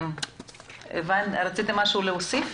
שירלי רצית להוסיף